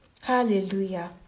hallelujah